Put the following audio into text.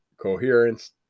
coherence